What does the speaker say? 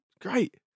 great